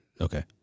okay